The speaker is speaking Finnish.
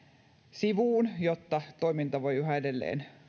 sivuun jotta toiminta voi yhä edelleen